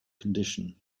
condition